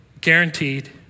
Guaranteed